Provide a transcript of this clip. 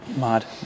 Mad